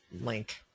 link